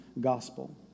Gospel